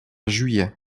juillet